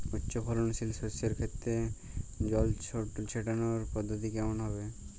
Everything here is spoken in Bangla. উচ্চফলনশীল শস্যের ক্ষেত্রে জল ছেটানোর পদ্ধতিটি কমন হবে?